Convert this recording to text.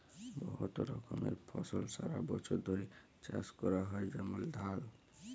বহুত রকমের ফসল সারা বছর ধ্যরে চাষ ক্যরা হয় যেমল ধাল, ডাল, গম